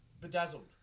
bedazzled